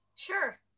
Sure